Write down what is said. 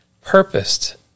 purposed